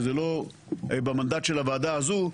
שזה לא במנדט של הוועדה הזו,